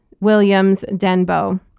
Williams-Denbo